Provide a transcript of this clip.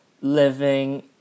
living